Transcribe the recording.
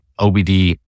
OBD